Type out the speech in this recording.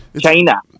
China